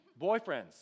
Boyfriends